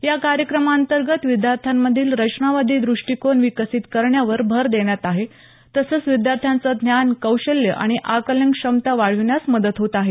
या कार्य़क्रमांतर्गत विद्यार्थ्यांमधील रचनावादी दृष्टीकोन विकसीत करण्यावर भर देण्यात आहे तसंच विध्यार्थ्यांचं ज्ञान कौशल्य आणि आकलन क्षमता वाढविण्यास मदत होत आहे